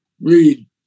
Read